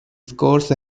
scores